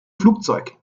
flugzeug